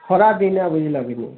ଖରାପ୍ ବି ନାଇ ବୁଝି ଲାଗି ଗୋ